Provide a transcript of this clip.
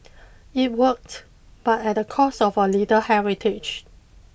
it worked but at the cost of a little heritage